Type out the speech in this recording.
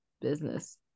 business